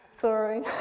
sorry